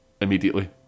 immediately